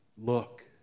look